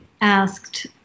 asked